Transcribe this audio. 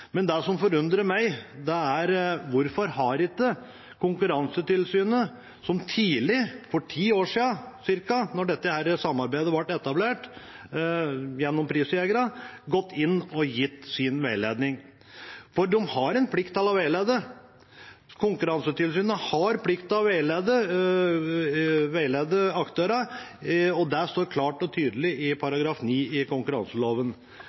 Det som forundrer meg, er: Hvorfor har ikke Konkurransetilsynet tidlig, for ti år siden ca., da dette samarbeidet ble etablert gjennom prisjegerne, gått inn og gitt sin veiledning? De har en plikt til å veilede. Konkurransetilsynet har plikt til å veilede aktørene, og det står klart og tydelig i § 9 i konkurranseloven.